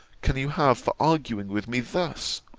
can you have for arguing with me thus,